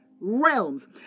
realms